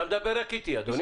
אתה מדבר רק איתי, אדוני.